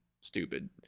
stupid